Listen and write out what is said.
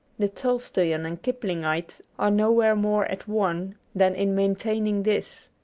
the tolstoian and kiplingite are nowhere more at one than in maintaining this.